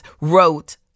wrote